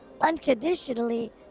unconditionally